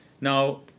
now